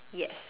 yes